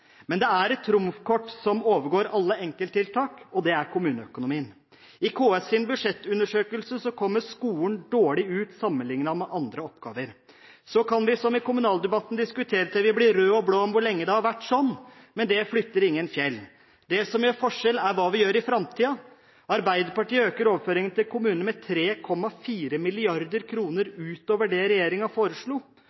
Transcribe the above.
Men det er et trumfkort som overgår alle enkelttiltak, og det er kommuneøkonomien. I KS’ budsjettundersøkelse kommer skolen dårlig ut sammenlignet med andre oppgaver. Så kan vi, som i kommunaldebatten, diskutere til vi blir røde og blå om hvor lenge det har vært sånn, men det flytter ikke fjell. Det som gjør forskjell, er hva vi gjør i framtiden. Arbeiderpartiet øker overføringene til kommunene med 3,4